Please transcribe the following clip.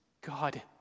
God